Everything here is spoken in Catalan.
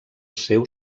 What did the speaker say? seu